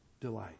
delight